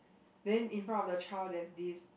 then in front of the child there's this